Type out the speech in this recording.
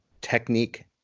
technique